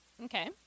okay